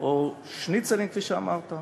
או שניצלים, כפי שאמרת,